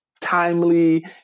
timely